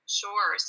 sure